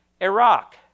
Iraq